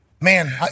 man